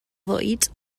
fwyd